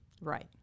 Right